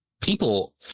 people